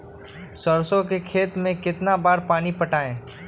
सरसों के खेत मे कितना बार पानी पटाये?